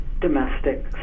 domestic